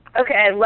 Okay